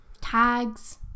tags